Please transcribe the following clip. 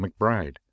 McBride